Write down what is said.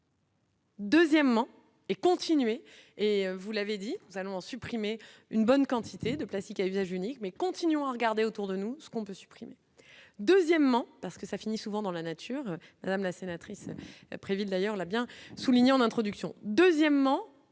Deuxièmement, et continuer et vous l'avez dit nous allons supprimer une bonne quantité de plastique à usage unique, mais continuons à regarder autour de nous ce qu'on peut supprimer, deuxièmement parce que ça finit souvent dans la nature, madame la sénatrice, ville d'ailleurs l'a bien souligné en introduction, deuxièmement